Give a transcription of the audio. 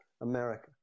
America